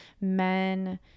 men